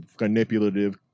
manipulative